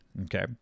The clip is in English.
Okay